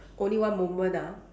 only one moment ah